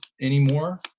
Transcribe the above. anymore